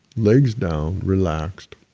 legs down, relaxed,